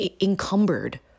encumbered